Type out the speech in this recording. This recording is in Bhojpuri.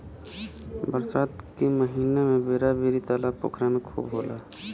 बरसात के महिना में बेरा बेरी तालाब पोखरा में खूब होला